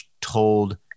told